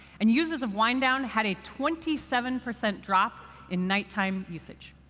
and users of wind down had a twenty seven percent drop in nighttime usage.